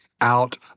out